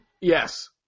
Yes